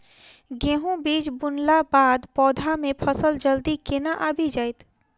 गेंहूँ बीज बुनला बाद पौधा मे फसल जल्दी केना आबि जाइत?